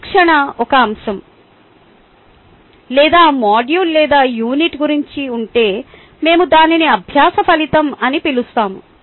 నిరీక్షణ ఒక అంశం లేదా మాడ్యూల్ లేదా యూనిట్ గురించి ఉంటే మేము దానిని అభ్యాస ఫలితం అని పిలుస్తాము